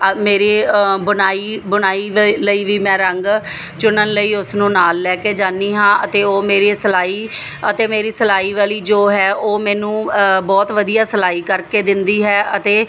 ਅ ਮੇਰੀ ਬੁਣਾਈ ਬੁਣਾਈ ਵ ਲਈ ਵੀ ਮੈਂ ਰੰਗ ਚੁਣਨ ਲਈ ਉਸਨੂੰ ਨਾਲ ਲੈ ਕੇ ਜਾਂਦੀ ਹਾਂ ਅਤੇ ਉਹ ਮੇਰੀ ਸਿਲਾਈ ਅਤੇ ਮੇਰੀ ਸਿਲਾਈ ਵਾਲੀ ਜੋ ਹੈ ਉਹ ਮੈਨੂੰ ਬਹੁਤ ਵਧੀਆ ਸਿਲਾਈ ਕਰਕੇ ਦਿੰਦੀ ਹੈ ਅਤੇ